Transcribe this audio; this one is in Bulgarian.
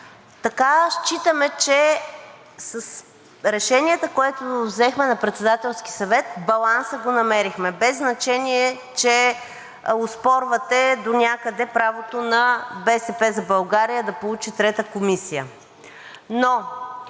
Така считаме, че с решението, което взехме на Председателски съвет, намерихме баланса, без значение че оспорвате донякъде правото на „БСП за България“ да получи трета комисия.